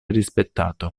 rispettato